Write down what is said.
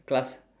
class